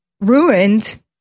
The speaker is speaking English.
ruined